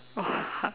!wah! hard